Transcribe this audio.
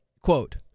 Quote